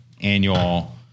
annual